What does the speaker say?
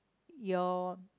your